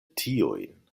tiujn